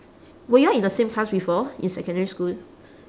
were y'all in the same class before in secondary school